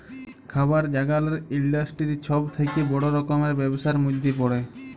খাবার জাগালের ইলডাসটিরি ছব থ্যাকে বড় রকমের ব্যবসার ম্যধে পড়ে